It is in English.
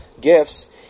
gifts